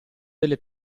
delle